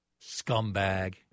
scumbag